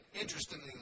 interestingly